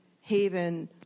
haven